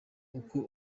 uko